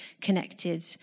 connected